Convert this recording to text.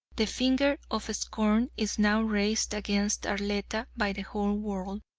the finger of scorn is now raised against arletta by the whole world,